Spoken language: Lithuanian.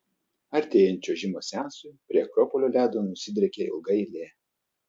artėjant čiuožimo seansui prie akropolio ledo nusidriekia ilga eilė